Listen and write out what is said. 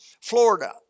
Florida